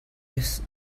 risks